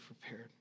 prepared